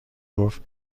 گفت